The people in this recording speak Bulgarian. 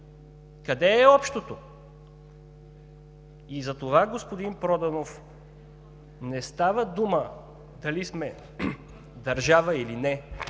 Къде е общото? Затова, господин Проданов, не става дума дали сме държава или не.